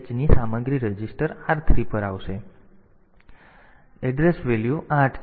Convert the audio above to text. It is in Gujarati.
તેથી આ છે આ ઓપ કોડ ab છે અને સરનામું EA છે અને સરનામું જો વેલ્યુ છે તો એડ્રેસ વેલ્યુ 8 છે